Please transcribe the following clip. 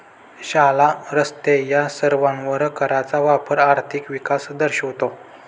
शाळा, रस्ते या सर्वांवर कराचा वापर आर्थिक विकास दर्शवतो